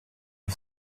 her